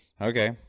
Okay